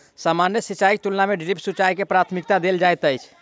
सामान्य सिंचाईक तुलना मे ड्रिप सिंचाई के प्राथमिकता देल जाइत अछि